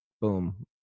boom